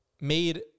made